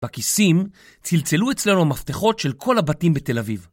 בכיסים צלצלו אצלנו מפתחות של כל הבתים בתל אביב.